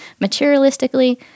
materialistically